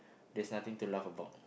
there's nothing to laugh about